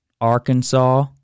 Arkansas